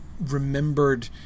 remembered